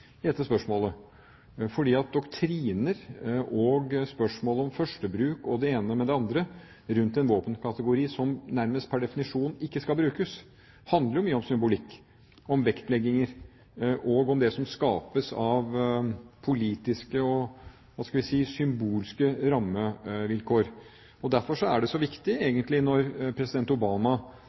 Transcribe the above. i dette spørsmålet, fordi doktriner og spørsmål om førstebruk og det ene med det andre rundt en våpenkategori som nærmest pr. definisjon ikke skal brukes, handler mye om symbolikk, om vektlegginger og om det som skapes av politiske og – hva skal vi si – symbolske rammevilkår. Derfor er det egentlig så viktig da president Obama